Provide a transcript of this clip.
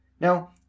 Now